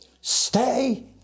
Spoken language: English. stay